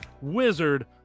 Wizard